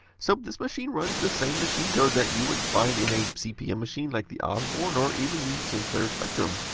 so, this machine runs the same machine code that you would find in a cp m machine like the osborne, or even the sinclair spectrum.